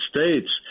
States